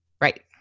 Right